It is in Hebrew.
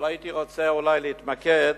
אני רוצה להתמקד